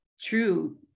true